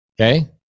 okay